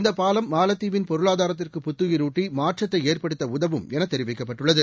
இந்த பாலம் மாலத்தீவின் பொருளாதாரத்திற்கு புத்துயிரூட்டி மாற்றத்தை ஏற்படுத்த உதவும் என தெரிவிக்கப்பட்டுள்ளது